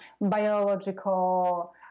biological